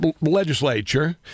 Legislature